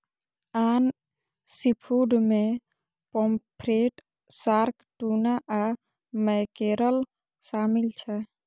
आन सीफूड मे pomfret, shark, tuna आ मैकेरल शामिल छै